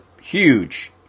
huge